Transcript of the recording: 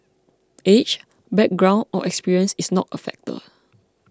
age background or experience is not a factor